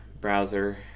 browser